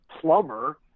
plumber